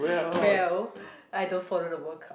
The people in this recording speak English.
well I don't follow the World-Cup